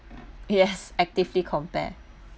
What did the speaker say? yes actively compare